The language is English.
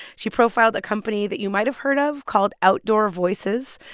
she profiled a company that you might have heard of called outdoor voices.